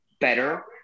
better